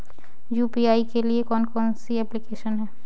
UPI के लिए कौन कौन सी एप्लिकेशन हैं?